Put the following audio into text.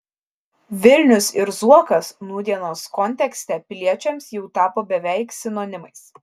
vilnius ir zuokas nūdienos kontekste piliečiams jau tapo beveik sinonimais